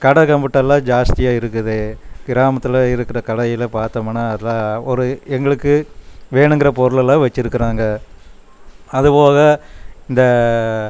கடை கம்புட்டெல்லாம் ஜாஸ்தியாக இருக்குது கிராமத்தில் இருக்கிற கடையில் பார்த்தோமுன்னா எல்லா ஒரு எங்களுக்கு வேணுங்கிற பொருளெல்லாம் வச்சிருக்கிறாங்க அது போக இந்த